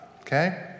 Okay